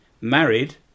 married